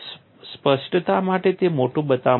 સ્પષ્ટતા માટે તે મોટું બતાવવામાં આવ્યું છે